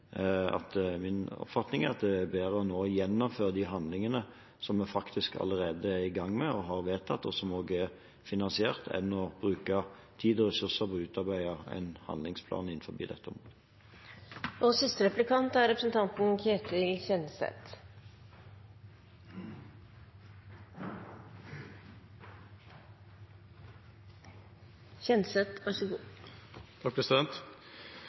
min oppfatning er at det er bedre nå å gjennomføre de handlingene som vi faktisk allerede er i gang med og har vedtatt, og som også er finansiert, enn å bruke tid og ressurser på å utarbeide en handlingsplan innenfor dette. Vi er enige om pengene, og pengene er